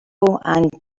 and